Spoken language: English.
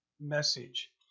message